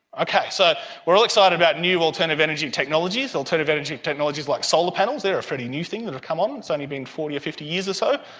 okay, so we are all excited about new alternative energy technologies, alternative energy technologies like solar panels, they are a pretty new thing that have come on, it's only been forty or fifty years or so.